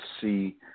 see